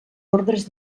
ordres